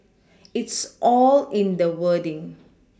it's all in the wording